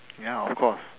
ya of course